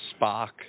Spock